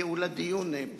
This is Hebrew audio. לייעול הדיון,